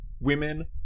women